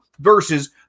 versus